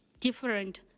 different